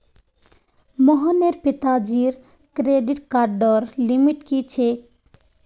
मोहनेर पिताजीर क्रेडिट कार्डर लिमिट की छेक